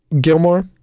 Gilmore